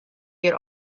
get